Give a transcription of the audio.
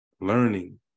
learning